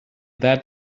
that